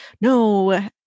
no